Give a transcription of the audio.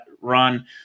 run